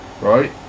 right